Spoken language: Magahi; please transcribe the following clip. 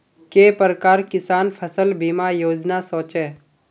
के प्रकार किसान फसल बीमा योजना सोचें?